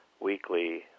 weekly